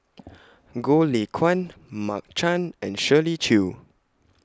Goh Lay Kuan Mark Chan and Shirley Chew